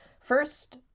First